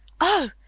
Oh